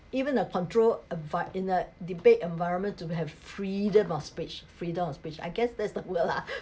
even a controlled envi~ in a debate environment to have freedom of speech freedom of speech I guess that's the word lah